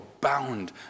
bound